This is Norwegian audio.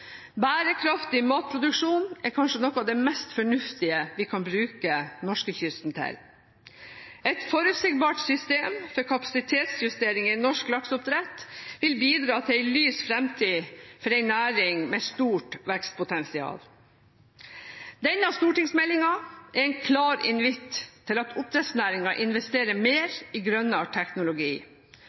Bærekraftig matproduksjon er kanskje noe av det mest fornuftige vi kan bruke norskekysten til. Et forutsigbart system for kapasitetsjusteringer i norsk lakseoppdrett vil bidra til en lys fremtid for en næring med et stort vekstpotensial. Denne stortingsmeldingen er en klar invitt til at oppdrettsnæringen investerer mer i grønnere teknologi.